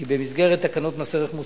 כי במסגרת תקנות מס ערך מוסף,